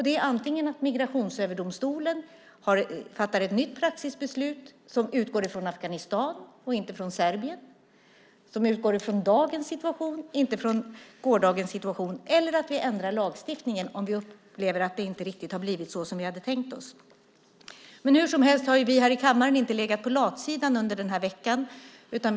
Det är antingen att Migrationsöverdomstolen fattar ett nytt praxisbeslut som utgår ifrån Afghanistan och inte från Serbien och som utgår ifrån dagens situation och inte från gårdagens situation eller att vi ändrar lagstiftningen om vi upplever att det inte riktigt har blivit såsom vi hade tänkt oss. Hur som helst har vi här i kammaren inte legat på latsidan under den här veckan.